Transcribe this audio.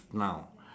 now